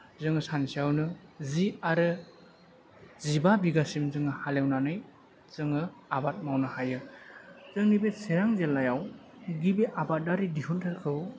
जों सानसेआवनो जि आरो जिबा बिगासिम जों हालेवनानै जोङो आबाद मावनो हायो जोंनि बे चिरां जिल्लायाव गिबि आबादारि दिहुन्थायखौ